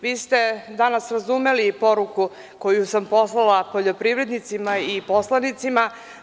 Vi ste danas razumeli poruku koju sam poslala poljoprivrednicima i poslanicima.